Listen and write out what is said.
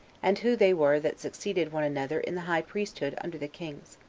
and who they were that succeeded one another in the high priesthood under the kings.